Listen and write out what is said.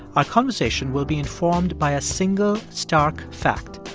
our conversation will be informed by a single stark fact.